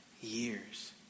years